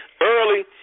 early